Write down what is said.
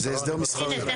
זה הסדר מסחרי.